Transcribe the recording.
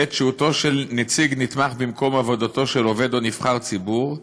"בעת שהותו של נציג נתמך במקום עבודתו של עובד או נבחר ציבור,